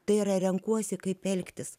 tai yra renkuosi kaip elgtis